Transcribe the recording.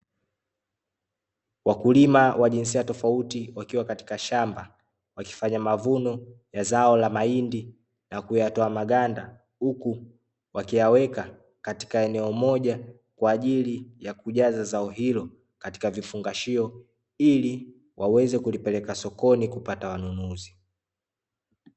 Wakulima wa jinsia tofauti, wakiwa katika shamba, wakifanya mavuno ya zao la mahindi na kuyatoa maganda huku wakiyaweka katika eneo moja, kwa ajili ya kujaza zao hilo katika vifungashio, ili waweze kulipeleka sokoni kupata wanunuzi.